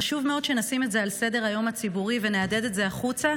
חשוב מאוד שנשים את זה על סדר-היום הציבורי ונהדהד את זה החוצה.